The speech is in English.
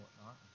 whatnot